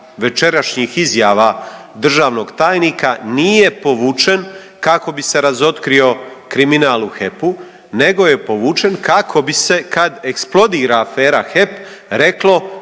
večerašnjih izjava državnog tajnika nije povučen kako bi se razotkrio kriminal u HEP-u, nego je povučen kako bi se kada eksplodira afera HEP reklo